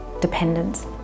dependence